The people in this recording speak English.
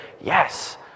yes